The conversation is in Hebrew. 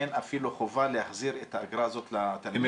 אין אפילו חובה להחזיר את האגרה הזאת לתלמידים?